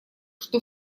что